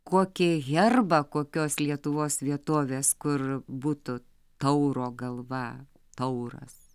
kokį herbą kokios lietuvos vietovės kur būtų tauro galva tauras